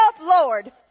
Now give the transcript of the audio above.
Lord